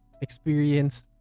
experience